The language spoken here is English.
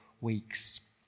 weeks